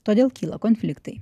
todėl kyla konfliktai